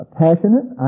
passionate